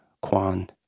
Kwan